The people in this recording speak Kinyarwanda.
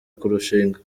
kurushinga